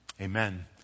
amen